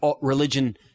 religion –